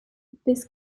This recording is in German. bis